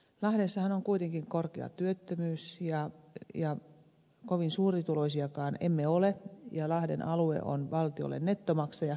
lahdessahan on kuitenkin korkea työttömyys ja kovin suurituloisiakaan emme ole ja lahden alue on valtiolle nettomaksaja